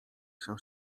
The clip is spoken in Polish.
się